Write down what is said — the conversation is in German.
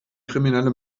kriminelle